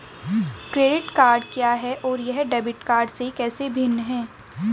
Credit card क्या है और यह डेबिट कार्ड से कैसे भिन्न है?